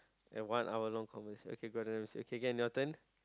an one hour long conversation okay Gordon-Ramsay okay can your turn